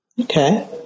Okay